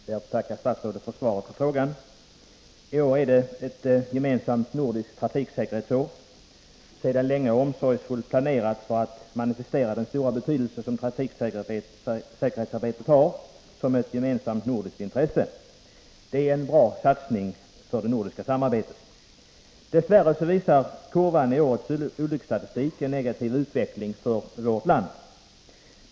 Herr talman! Jag får tacka statsrådet för svaret på frågan. I år är det gemensamt nordiskt trafiksäkerhetsår, sedan länge omsorgsfullt planerat för att manifestera den stora betydelse som trafiksäkerhetsarbetet har som gemensamt nordiskt intresse. Det är en bra satsning i det nordiska samarbetet. Dess värre visar kurvan för årets olycksstatistik en negativ utveckling i vårt land.